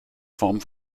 form